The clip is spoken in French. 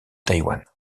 taïwan